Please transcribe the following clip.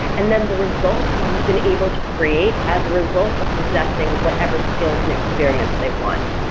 and then the results you've been able to create as a result of possessing whatever skills and experience they want,